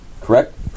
Correct